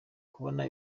kubona